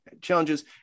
challenges